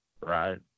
right